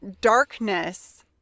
darkness